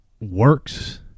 works